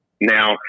Now